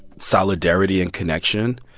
solidarity and connection,